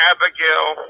Abigail